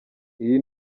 iyi